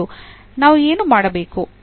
ನಾವು ಏನು ಮಾಡಬೇಕು